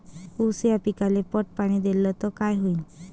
ऊस या पिकाले पट पाणी देल्ल तर काय होईन?